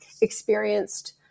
experienced